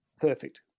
Perfect